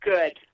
Good